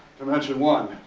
to mention one.